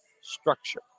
structure